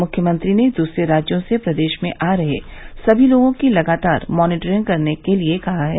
मुख्यमंत्री ने दूसरे राज्यों से प्रदेश में आ रहे समी लोगों की लगातार मॉनिटरिंग करने के लिए कहा है